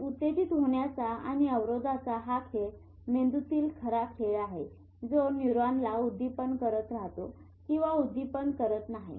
तर उत्तेजित होण्याचा आणि अवरोधाचा हा खेळ मेंदूतील खरा खेळ आहे जो न्यूरॉनला उद्दीपन करत राहतो किंवा उद्दीपन करत नाही